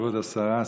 כבוד השרה,